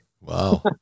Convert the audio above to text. Wow